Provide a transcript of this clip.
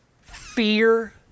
fear